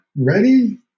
ready